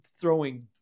throwing